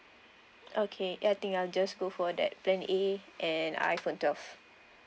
okay I think I'll just go for that plan A and iphone twelve